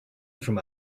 from